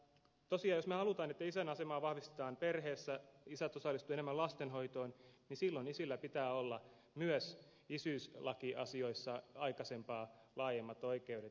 tosiaan jos me haluamme että isän asemaa vahvistetaan perheessä isät osallistuvat enemmän lastenhoitoon niin silloin isillä pitää olla myös isyyslakiasioissa aikaisempaa laajemmat oikeudet